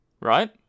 right